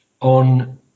on